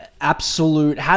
absolute